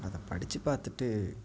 அதை படித்து பார்த்துட்டு